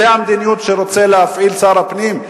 זו המדיניות שרוצה להפעיל שר הפנים?